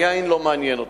היין לא מעניין אותי,